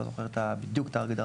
לא זוכר בדיוק את הגדרה,